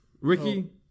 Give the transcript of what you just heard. Ricky